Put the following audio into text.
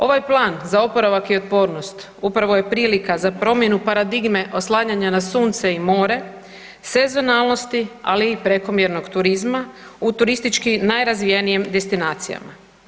Ovaj plan za oporavak i otpornost upravo je prilika za promjenu paradigme oslanjanja na sunce i more sezonalnosti ali i prekomjernog turizma u turistički najrazvijenijim destinacijama.